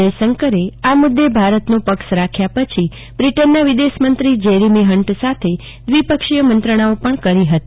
જયશંકરે આ મુદે ભારતનો પક્ષ રાખ્યા પછી બ્રિટનના વિદેશમંત્રી જેરીમી હંટ સાથે દિવપક્ષોય મંત્રણાઓ પણ કરી હતી